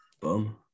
boom